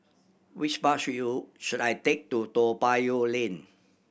which bus should you should I take to Toa Payoh Lane